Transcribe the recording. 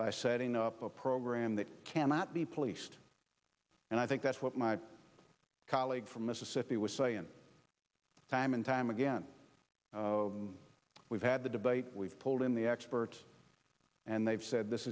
by setting up a program that cannot be policed and i think that's what my colleague from mississippi would say and time and time again we've had the debate we've polled in the experts and they've said this